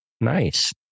Nice